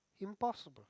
impossible